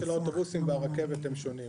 כי מאפייני הנסיעה של האוטובוסים והרכבת הם שונים,